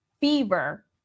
fever